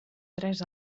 tres